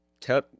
Tell